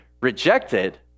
rejected